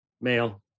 male